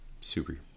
Super